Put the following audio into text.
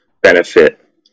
benefit